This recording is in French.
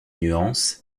nuances